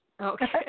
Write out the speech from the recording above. Okay